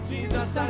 Jesus